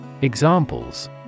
Examples